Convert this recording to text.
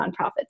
nonprofits